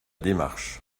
démarche